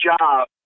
job